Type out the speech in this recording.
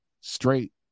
straight